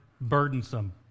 burdensome